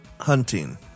Hunting